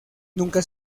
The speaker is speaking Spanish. nunca